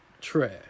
trash